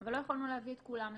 אבל לא יכולנו להביא את כולם לכאן.